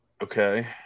Okay